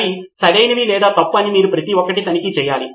అవి సరైనవి లేదా తప్పు అని మీరు ప్రతి ఒక్కటి తనిఖీ చేయాలి